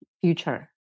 future